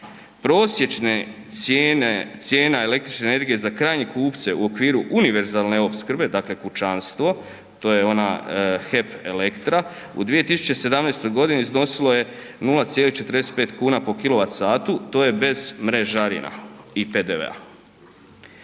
Prosječne cijena električne energije za krajnje kupce u okviru univerzalne opskrbe, dakle kućanstvo to je ona HEP Elektra, u 2017. godini iznosilo je 0,45 kuna po kW, to je bez mrežarija i PDV-a.